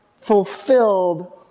fulfilled